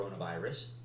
coronavirus